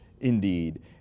indeed